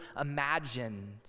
imagined